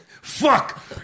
Fuck